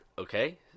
Okay